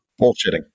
bullshitting